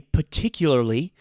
Particularly